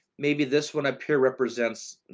maybe this one ah here represents, and